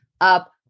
up